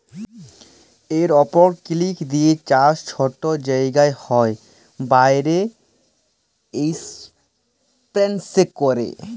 এরওপলিক্স দিঁয়ে চাষ ছট জায়গায় হ্যয় ব্যইলে ইস্পেসে ক্যরে